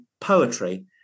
poetry